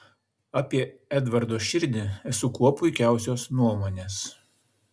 apie edvardo širdį esu kuo puikiausios nuomonės